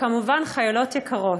וכמובן חיילות יקרות,